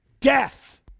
Death